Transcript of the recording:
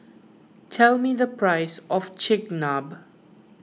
tell me the price of Chigenabe